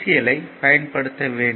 L I பயன்படுத்த வேண்டும்